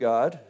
God